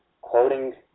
quoting